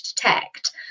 detect